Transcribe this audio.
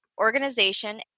organization